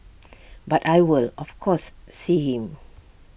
but I will of course see him